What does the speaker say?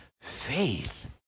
faith